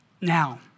Now